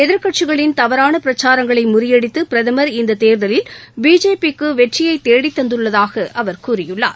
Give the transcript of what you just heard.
எதிர்க்கட்சிகளின் தவறான பிரச்சாரங்களை முறியடித்து பிரதமர் இந்த தேர்தலில் பிஜேபி க்கு வெற்றியை தேடித்தந்துள்ளதாக அவா் கூறியுள்ளார்